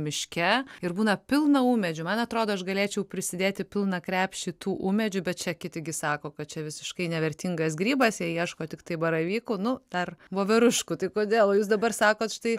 miške ir būna pilna ūmėdžių man atrodo aš galėčiau prisidėti pilną krepšį tų ūmėdžių bet čia kiti gi sako kad čia visiškai nevertingas grybas jie ieško tiktai baravykų nu dar voveruškų tai kodėl jūs dabar sakot štai